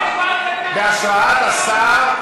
בהשראת השר,